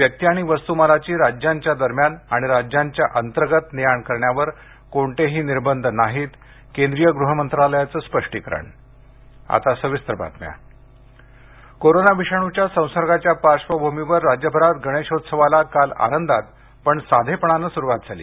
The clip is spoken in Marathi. व्यक्ति आणि वस्तूमालाची राज्यांच्या दरम्यान आणि राज्यांच्या अंतर्गत ने आण करण्यावर कोणतेही निर्बंध नाहीत केंद्रीय गृह मंत्रालयाचं स्पष्टीकरण आता सविस्तर बातम्या इंट्रो गणेशोत्सव कोरोना विषाणूच्या संसर्गाच्या पार्श्वभूमीवर राज्यभरात गणेशोत्सवाला काल आनंदात पण साधेपणानं सुरुवात झाली